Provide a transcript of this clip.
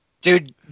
Dude